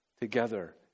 together